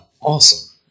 awesome